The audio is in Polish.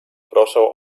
proszę